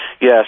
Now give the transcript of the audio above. Yes